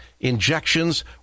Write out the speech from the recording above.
injections